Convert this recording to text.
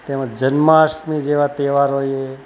તેમજ જન્માષ્ટમી જેવા તહેવારોએ